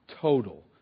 Total